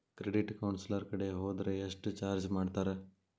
Credit counsellor ಕಡೆ ಹೊದ್ರ ಯೆಷ್ಟ್ ಚಾರ್ಜ್ ಮಾಡ್ತಾರ?